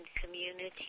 community